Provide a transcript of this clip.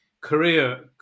korea